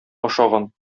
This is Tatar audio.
ашаган